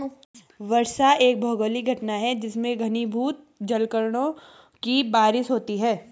वर्षा एक भौगोलिक घटना है जिसमें घनीभूत जलकणों की बारिश होती है